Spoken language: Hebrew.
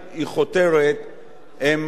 הם ראויים וברוכים.